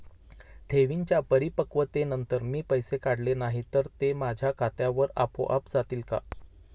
ठेवींच्या परिपक्वतेनंतर मी पैसे काढले नाही तर ते माझ्या खात्यावर आपोआप जातील का?